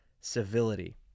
civility